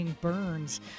...Burns